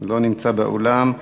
הוא לא נמצא באולם.